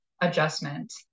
adjustment